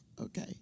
Okay